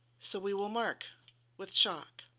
so we will mark with chalk